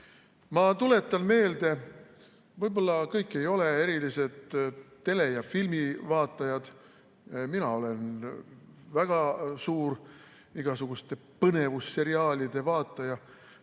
sajandis. Võib-olla kõik teist ei ole erilised tele‑ ja filmivaatajad. Mina olen väga suur igasuguste põnevusseriaalide vaataja,